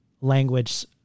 language